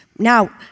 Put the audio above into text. Now